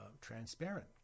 transparent